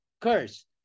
curse